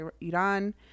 iran